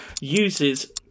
uses